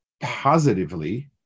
positively